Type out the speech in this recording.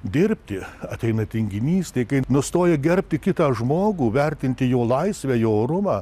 dirbti ateina tinginystė kai nustoja gerbti kitą žmogų vertinti jo laisvę jo orumą